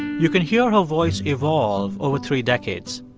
you can hear her voice evolve over three decades.